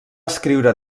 escriure